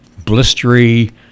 blistery